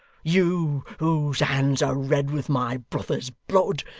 you, whose hands are red with my brother's blood,